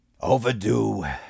Overdue